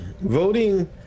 Voting